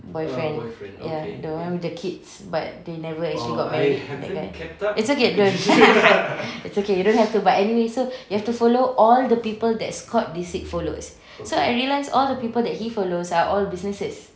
boyfriend ya the one with the kids but they never actually got married it's okay don't you don't have to but anyway so you have to follow all the people that scott disick follows so I realise that all the people that he follows are all businesses